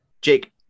Jake